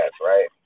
right